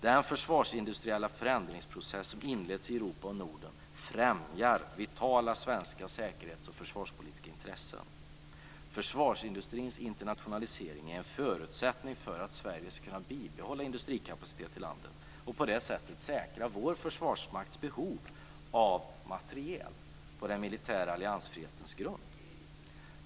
Den försvarsindustriella förändringsprocess som inletts i Europa och i Norden främjar vitala svenska säkerhets och försvarspolitiska intressen. Försvarsindustrins internationalisering är en förutsättning för att Sverige ska kunna bibehålla industrikapacitet i landet och på det sättet säkra vår försvarsmakts behov av materiel på den militära alliansfrihetens grund.